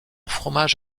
fromage